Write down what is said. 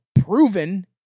proven